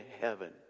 heaven